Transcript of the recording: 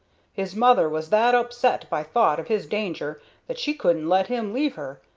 his mother was that upset by thought of his danger that she couldn't let him leave her,